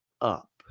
up